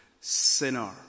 sinner